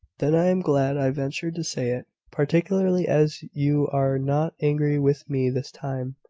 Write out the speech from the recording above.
then i am glad i ventured to say it, particularly as you are not angry with me this time.